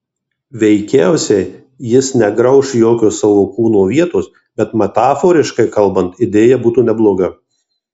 veikiausiai jis negrauš jokios savo kūno vietos bet metaforiškai kalbant idėja būtų nebloga